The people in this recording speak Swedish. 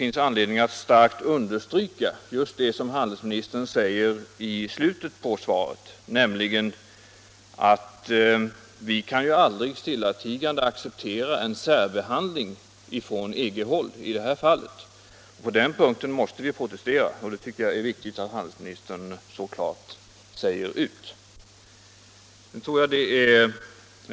Det är anledning att starkt understryka det som handelsministern sade i slutet av sitt svar, nämligen att vi aldrig stillatigande kan acceptera att vi i det här fallet särbehandlas av EG. På den punkten måste vi protestera, och det är värdefullt att handelsministern så klart understryker detta.